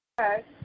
Okay